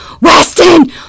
Weston